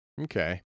okay